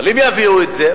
אבל אם יביאו את זה,